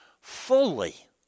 fully